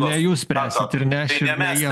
ne jūs spręsit ir ne aš ir ne jie